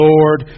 Lord